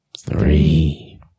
three